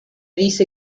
dice